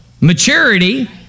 maturity